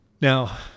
Now